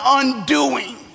undoing